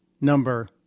number